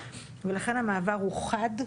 ולכן המעבר הוא חד.